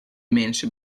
mensen